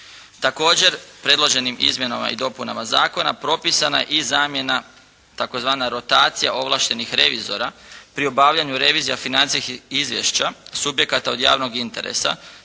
Također predloženim izmjenama i dopunama i dopunama zakona propisana je i zamjena tzv. rotacija ovlaštenih revizora pri obavljanju revizija financijskih izvješća, subjekata od javnog interesa,